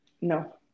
No